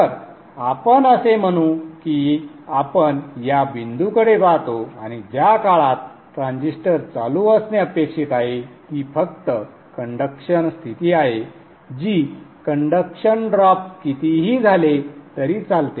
तर आपण असे म्हणू की आपण या बिंदूकडे पाहतो आणि ज्या काळात ट्रान्झिस्टर चालू असणे अपेक्षित आहे ती फक्त कंडक्शन स्थिती आहे जी कंडक्शन ड्रॉप कितीही झाले तरी चालते